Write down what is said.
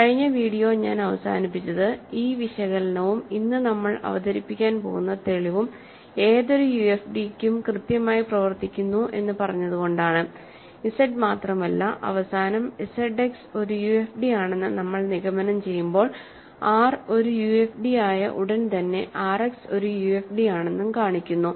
കഴിഞ്ഞ വീഡിയോ ഞാൻ അവസാനിപ്പിച്ചത് ഈ വിശകലനവും ഇന്ന് നമ്മൾ അവതരിപ്പിക്കാൻ പോകുന്ന തെളിവും ഏതൊരു യുഎഫ് ഡിക്കും കൃത്യമായി പ്രവർത്തിക്കുന്നു എന്ന് പറഞ്ഞുകൊണ്ടാണ് ഇസഡ് മാത്രമല്ല അവസാനം ഇസഡ് എക്സ് ഒരു യുഎഫ് ഡി ആണെന്ന് നമ്മൾ നിഗമനം ചെയ്യുമ്പോൾ R ഒരു UFD ആയ ഉടൻ തന്നെ RX ഒരു UFD ആണെന്നും കാണിക്കുന്നു